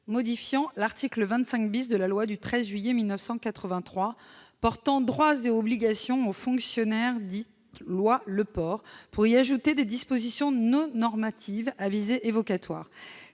modifier l'article 25 de la loi du 13 juillet 1983 portant droits et obligations des fonctionnaires, dite loi Le Pors, pour y ajouter des dispositions non normatives à visée évocatoire.